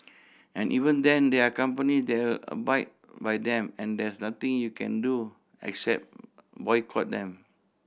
and even then there are company that by by them and there's nothing you can do except boycott them